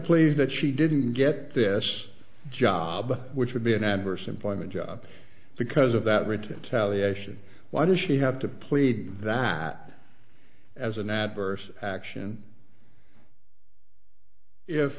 play that she didn't get this job which would be an adverse employment job because of that retaliation why does she have to plead that as an adverse action if